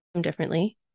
differently